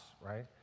right